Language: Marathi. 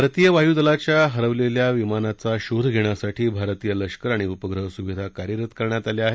भारतीय वायूदलाच्या हरवलेल्या प्रवासी विमानाचा शोध धेण्यासाठी भारतीय लष्कर आणि उपग्रह सुविधा कार्यरत करण्यात आल्या आहेत